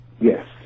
Yes